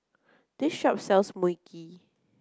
this shop sells Mui Kee